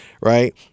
right